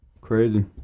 Crazy